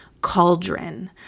cauldron